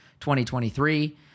2023